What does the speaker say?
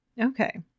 Okay